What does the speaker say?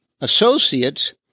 associates